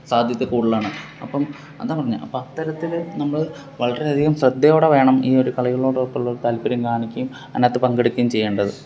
സാധ്യത കൂടലാണ് അപ്പം അതാ പറഞ്ഞത് അപ്പം അത്തരത്തില് നമ്മള് വളരെ അധികം ശ്രദ്ധയോടെ വേണം ഈ ഒരു കളികളോടൊക്കെയുള്ള താല്പര്യം കാണിക്കുകയും അതിനകത്ത് പങ്കെടുക്കുകയും ചെയ്യേണ്ടത്